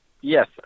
Yes